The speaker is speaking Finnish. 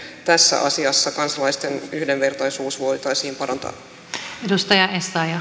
tässä asiassa kansalaisten yhdenvertaisuutta voitaisiin parantaa